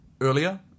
earlier